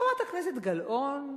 וחברת הכנסת גלאון,